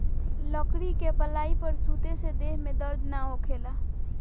लकड़ी के पलाई पर सुते से देह में दर्द ना होखेला